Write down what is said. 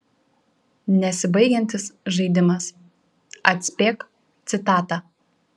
nesibaigiantis žaidimas atspėk citatą